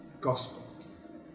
gospel